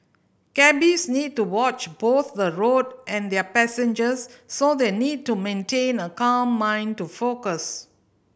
cabbies need to watch both the road and their passengers so they need to maintain a calm mind to focus